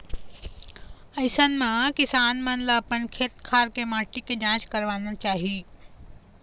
अइसन म किसान मन ल अपन खेत खार के माटी के जांच करवाना चाही